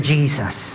Jesus